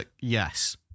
Yes